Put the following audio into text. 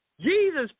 Jesus